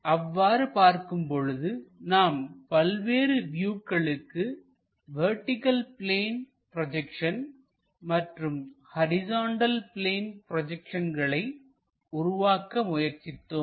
அவ்வாறு பார்க்கும் போது நாம் பல்வேறு வியூக்களுக்கு வெர்டிகள் பிளேன் ப்ரொஜெக்ஷன் மற்றும் ஹரிசாண்டல் பிளேன் ப்ரொஜெக்ஷன்களை உருவாக்க முயற்சித்தோம்